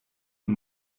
nun